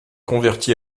converti